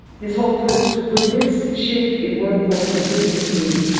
ms. hultquist, with this shift in workforce and business needs,